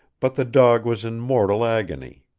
but the dog was in mortal agony.